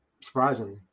Surprisingly